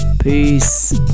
Peace